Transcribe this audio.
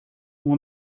uma